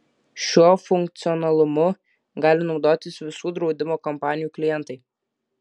šiuo funkcionalumu gali naudotis visų draudimo kompanijų klientai